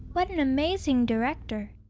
what an amazing director.